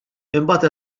imbagħad